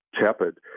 tepid